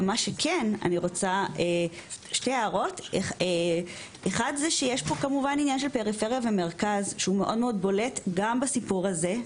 יש את העניין של פריפריה ומרכז שהוא מאוד בולט גם בסיפור הזה,